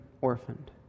orphaned